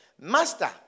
Master